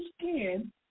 skin